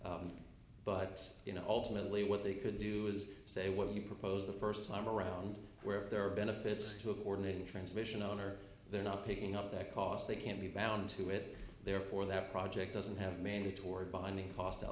but you know ultimately what they could do is say what you propose the first time around where there are benefits to a coordinated transmission on or they're not picking up that cause they can't be bound to it therefore that project doesn't have mandatory binding